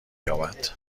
یابد